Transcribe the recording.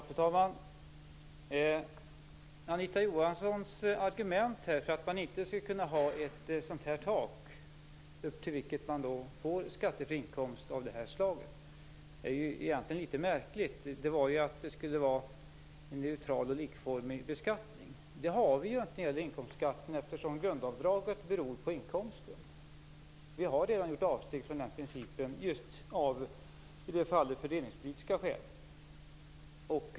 Fru talman! Anita Johanssons argument för att man inte skulle kunna ha ett tak upp till vilket inkomster av detta slag är skattefria är egentligen något märkligt. Argumentet gick ut på att det måste vara en neutral och likformig beskattning. Men det har vi inte i fråga om inkomstskatten, eftersom grundavdraget beror på inkomsten. Så vi har redan gjort avsteg från den principen, i det fallet av fördelningspolitiska skäl.